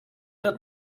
dat